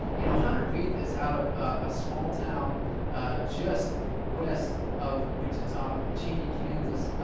you know, hunter veith is out of a small town just west of wichita, cheney, kansas.